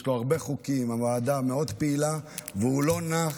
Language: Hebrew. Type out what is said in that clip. יש לו הרבה חוקים, הוועדה מאוד פעילה, והוא לא נח,